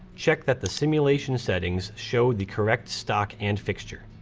check that the simulation settings show the correct stock and fixture.